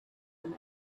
and